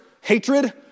Hatred